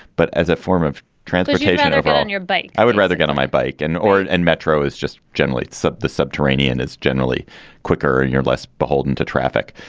but as a form of transportation, if on your bike i would rather get on my bike and or and metro is just generally it's ah the subterranean, it's generally quicker, you're less beholden to traffic,